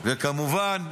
וכמובן,